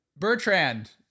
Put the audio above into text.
Bertrand